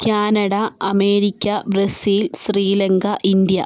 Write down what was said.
Canada America Brazil Sri Lanka India